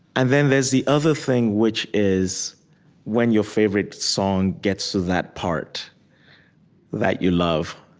and then there's the other thing, which is when your favorite song gets to that part that you love,